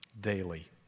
daily